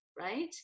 right